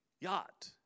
yacht